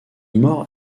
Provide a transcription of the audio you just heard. more